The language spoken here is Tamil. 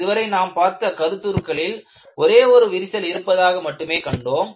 இதுவரை நாம் பார்த்த கருத்துக்களில் ஒரே ஒரு விரிசல் இருப்பதாக மட்டுமே கண்டோம்